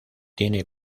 tiene